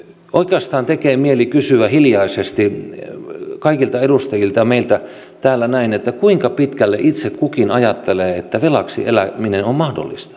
oikeastaan tekee mieli kysyä hiljaisesti kaikilta edustajilta meillä täällä näin kuinka pitkälle itse kukin ajattelee että velaksi eläminen on mahdollista